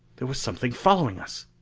there was something following us!